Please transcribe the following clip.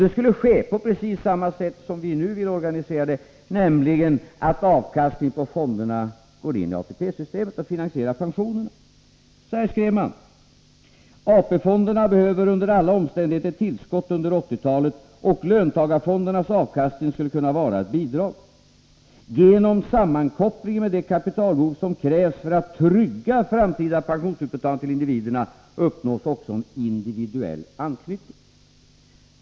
Det skulle ske på precis samma sätt som vi nu vill organisera det, nämligen så att avkastningen från fonderna går in i ATP-systemet och finansierar pensionerna. Man skriver: AP-fonderna behöver under alla omständigheter ett tillskott under 1980-talet och löntagarfondernas avkastning skulle kunna vara ett bidrag. Genom sammankopplingen med det kapitalbehov som krävs för att trygga framtida pensionsutbetalningar till individerna uppnås också en individuell anknytning.